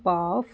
puff